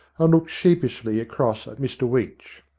and looked sheepishly across at mr weech.